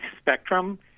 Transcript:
spectrum